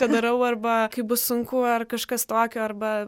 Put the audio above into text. ką darau arba kaip bus sunku ar kažkas tokio arba